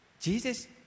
Jesus